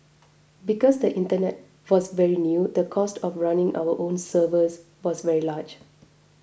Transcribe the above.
because the internet was very new the cost of running our own servers was very large